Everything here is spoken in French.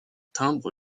timbre